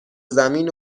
زمین